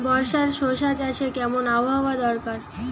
বর্ষার শশা চাষে কেমন আবহাওয়া দরকার?